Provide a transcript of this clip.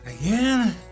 Again